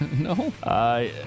No